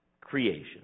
creation